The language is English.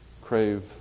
crave